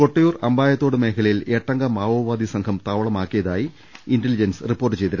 കൊട്ടിയൂർ അമ്പായത്തോട് മേഖലയിൽ എട്ടംഗ മാവോവാദി സംഘം താവളമാക്കിയതായി ഇന്റലിജൻസ് റിപ്പോർട്ട് ചെയ്തിരുന്നു